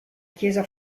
chiesa